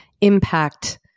impact